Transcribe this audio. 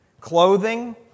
clothing